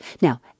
Now